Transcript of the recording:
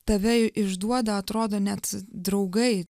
tave išduoda atrodo net draugai